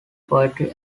poetry